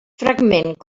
fragment